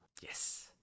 yes